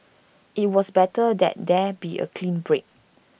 IT was better that there be A clean break